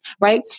right